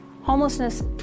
Homelessness